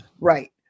Right